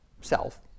self